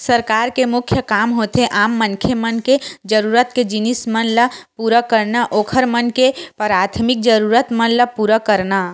सरकार के मुख्य काम होथे आम मनखे मन के जरुरत के जिनिस मन ल पुरा करना, ओखर मन के पराथमिक जरुरत मन ल पुरा करना